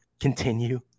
continue